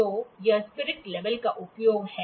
तो यह spirit level का उपयोग है